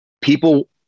people